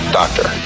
doctor